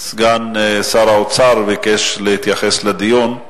סגן שר האוצר ביקש להתייחס לדיון,